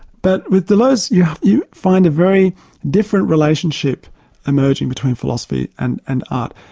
but with deleuze yeah you find a very different relationship emerging between philosophy and and art.